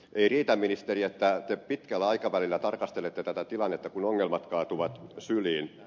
ei riitä ministeri että te pitkällä aikavälillä tarkastelette tätä tilannetta kun ongelmat kaatuvat syliin